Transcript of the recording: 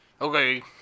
Okay